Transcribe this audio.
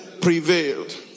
prevailed